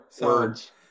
Words